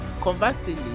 Conversely